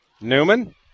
Newman